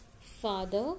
Father